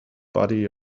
body